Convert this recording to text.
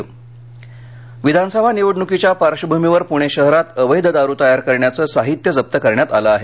गुन्हा विधानसभा निवडणुकीच्या पार्श्वभूमीवर पुणे शहरात अवैध दारू तयार करण्याचं साहित्य जप्त करण्यात आलं आहे